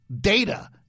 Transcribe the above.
data